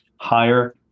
higher